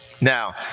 Now